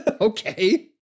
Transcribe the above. okay